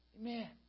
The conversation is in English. Amen